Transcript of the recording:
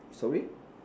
sorry